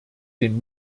den